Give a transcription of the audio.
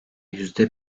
yüzde